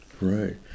Right